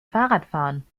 fahrradfahren